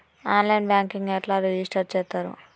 On line banking ఎట్లా register చేత్తరు?